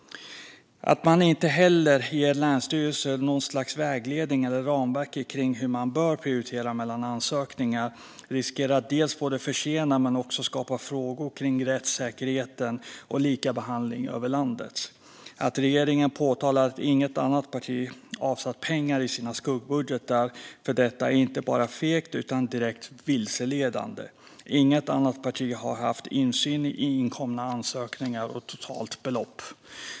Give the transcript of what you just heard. Att man inte heller ger länsstyrelserna någon vägledning eller något ramverk för hur man bör prioritera mellan ansökningar riskerar att skapa förseningar men också frågor om rättssäkerhet och likabehandling över landet. Att regeringen påtalar att inget annat parti avsatt pengar för detta i sina skuggbudgetar är inte bara fegt utan direkt vilseledande. Inget annat parti har haft insyn i inkomna ansökningar och totalbelopp.